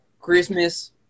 Christmas